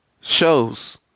shows